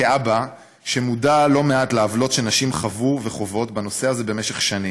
כאבא שמודע לא מעט לעוולות שנשים חוו וחוות בנושא הזה במשך שנים,